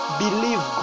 believe